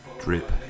Drip